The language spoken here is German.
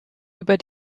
über